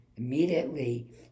Immediately